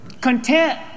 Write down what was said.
Content